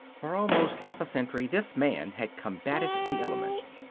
for almost half a century this man had combated the elements,